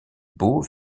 beaux